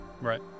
right